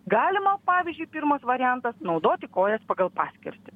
galima pavyzdžiui pirmas variantas naudoti kojas pagal paskirtį